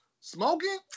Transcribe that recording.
Smoking